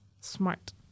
smart